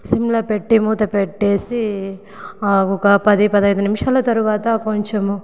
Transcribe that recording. సిమ్లో పెట్టి మూత పెట్టి ఒక పది పదిహేను నిమిషాల తర్వాత కొంచెము